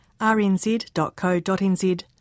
rnz.co.nz